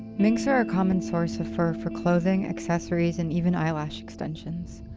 minks are a common source of fur for clothing, accessories and even eyelash extensions.